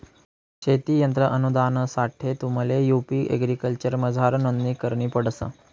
शेती यंत्र अनुदानसाठे तुम्हले यु.पी एग्रीकल्चरमझार नोंदणी करणी पडस